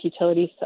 Utilities